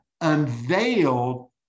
unveiled